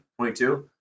22